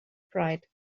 pride